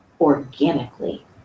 organically